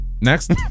Next